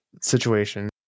situation